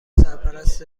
سرپرست